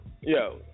yo